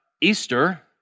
Easter